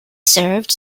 served